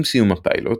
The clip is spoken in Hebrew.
עם סיום הפיילוט,